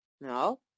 No